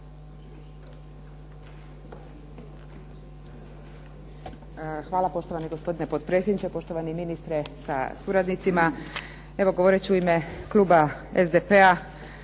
Hvala poštovani gospodine potpredsjedniče, poštovani ministre sa suradnicima. Evo govoreći u ime kluba SDP-a